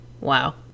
Wow